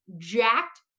jacked